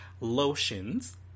Lotions